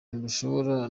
ntirushobora